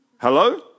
Hello